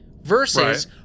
versus